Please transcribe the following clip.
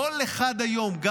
כל אחד היום,